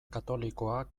katolikoa